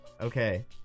Okay